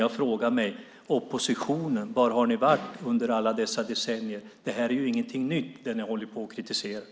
Var har ni i oppositionen varit under alla dessa decennier? Det ni kritiserar är ingenting nytt.